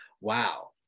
Wow